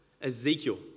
Ezekiel